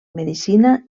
medicina